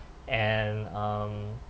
and um